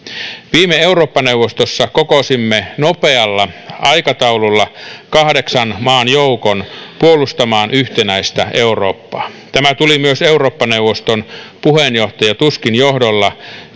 viime eurooppa neuvostossa kokosimme nopealla aikataululla kahdeksan maan joukon puolustamaan yhtenäistä eurooppaa tämä tuli eurooppa neuvoston puheenjohtajan tuskin johdolla